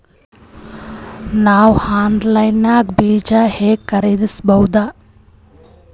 ನಾವು ಆನ್ಲೈನ್ ನಲ್ಲಿ ಬೀಜ ಹೆಂಗ ಖರೀದಿಸಬೋದ?